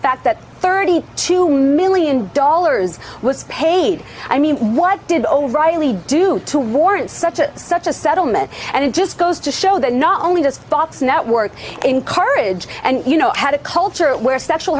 fact that thirty two million dollars was paid i mean what did alright really do to warrant such a such a settlement and it just goes to show that not only does fox network encourage and you know had a culture where sexual